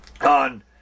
on